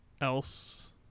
else